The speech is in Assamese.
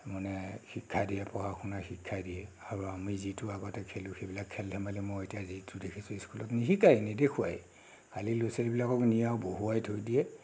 মানে শিক্ষা দিয়ে পঢ়া শুনাৰ শিক্ষা দিয়ে আৰু আমি যিটো আগতে খেলোঁ সেইবিলাক খেল ধেমালি মই এতিয়া যিটো দেখিছোঁ স্কুলত নিশিকায় নেদেখুৱায় খালী ল'ৰা ছোৱালীবিলাকক নিয়ে আৰু বহুৱাই থৈ দিয়ে